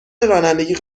رانندگی